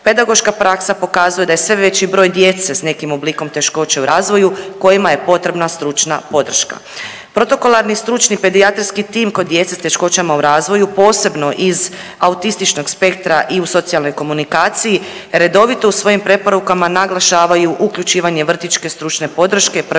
Pedagoška praksa pokazuje da je sve veći broj djece s nekim oblikom teškoće u razvoju kojima je potrebna stručna podrška. Protokolarni stručni pedijatrijski tim kod djece s teškoćama u razvoju posebno iz autističnog spektra i u socijalnoj komunikaciji redovito u svojim preporukama naglašavaju uključivanje vrtićke stručne podrške